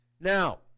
Now